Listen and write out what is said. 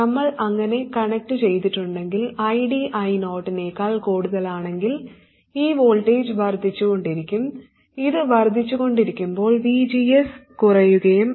നമ്മൾ അങ്ങനെ കണക്റ്റുചെയ്തിട്ടുണ്ടെങ്കിൽ ID I0 നേക്കാൾ കൂടുതലാണെങ്കിൽ ഈ വോൾട്ടേജ് വർദ്ധിച്ചുകൊണ്ടിരിക്കും ഇത് വർദ്ധിച്ചുകൊണ്ടിരിക്കുമ്പോൾ VGS കുറയുകയും ID കുറയുകയും ചെയ്യും